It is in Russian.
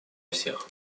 всех